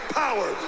power